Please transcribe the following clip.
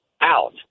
out